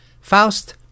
Faust